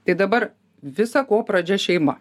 tai dabar visa ko pradžia šeima